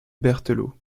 berthelot